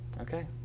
Okay